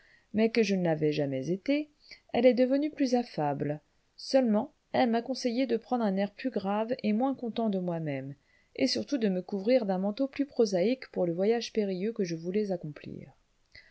mais que je ne l'avais jamais été elle est devenue plus affable seulement elle m'a conseillé de prendre un air plus grave et moins content de moi-même et surtout de me couvrir d'un manteau plus prosaïque pour le voyage périlleux que je voulais accomplir